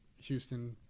Houston